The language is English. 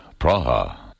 Praha